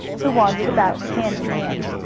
who wandered about, hand in hand.